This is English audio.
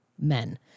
men